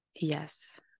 Yes